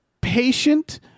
patient